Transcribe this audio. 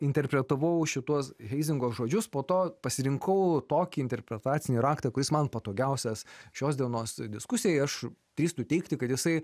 interpretavau šituos heizingo žodžius po to pasirinkau tokį interpretacinį raktą kuris man patogiausias šios dienos diskusijoj aš drįstu teigti kad jisai